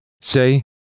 Say